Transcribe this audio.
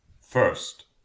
First